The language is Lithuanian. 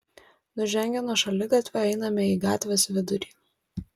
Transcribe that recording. nužengę nuo šaligatvio einame į gatvės vidurį